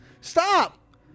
Stop